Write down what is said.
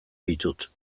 ditut